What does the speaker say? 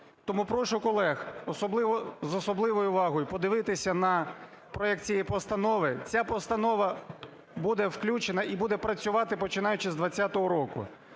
Тому прошу колег з особливою увагою подивитися на проект цієї постанови. Ця постанова буде включена і буде працювати, починаючи з 20-го року.